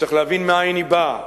צריך להבין מאין היא באה,